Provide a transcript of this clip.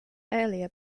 earlier